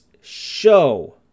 show